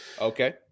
Okay